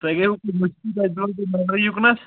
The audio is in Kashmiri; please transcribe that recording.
تۄہہِ گٔیو